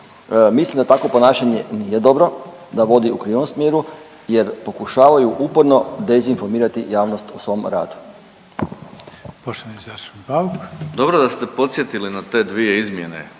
Mislim da takvo ponašanje nije dobro, da vodi u krivom smjeru jer pokušavaju uporno dezinformirati javnost u svom radu.